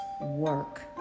work